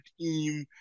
team